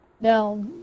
Now